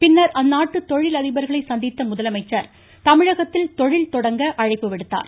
பின்னர் அந்நாட்டு தொழிலதிபர்களை சந்தித்த முதலமைச்சர் தமிழகத்தில் தொழில் தொடங்க அழைப்பு விடுத்தார்